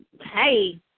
hey